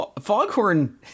Foghorn